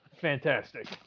fantastic